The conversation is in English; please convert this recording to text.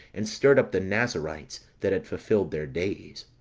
and stirred up the nazarites that had fulfilled their days